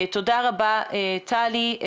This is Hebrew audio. תודה רבה, טלי.